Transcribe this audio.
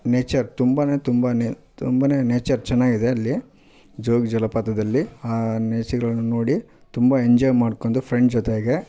nature ತುಂಬ ತುಂಬಾ ತುಂಬ ನೇಚರ್ ಚೆನ್ನಾಗಿದೆ ಅಲ್ಲಿ ಜೋಗ ಜಲಪಾತದಲ್ಲಿ ನೇಶಿರಳ್ ನೋಡಿ ತುಂಬ ಎಂಜಾಯ್ ಮಾಡ್ಕೊಂಡು ಫ್ರೆಂಡ್ ಜೊತೆಗೆ